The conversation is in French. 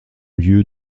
lieu